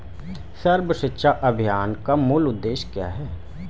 सर्व शिक्षा अभियान का मूल उद्देश्य क्या है?